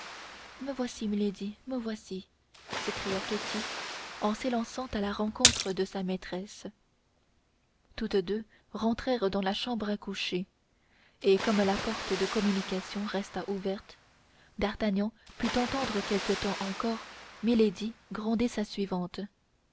me voici milady me voici s'écria ketty en s'élançant à la rencontre de sa maîtresse toutes deux rentrèrent dans la chambre à coucher et comme la porte de communication resta ouverte d'artagnan put entendre quelque temps encore milady gronder sa suivante